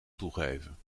toegeven